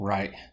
Right